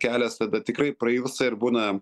kelias tada tikrai prailgsta ir būna